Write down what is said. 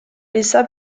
laissa